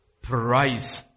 Price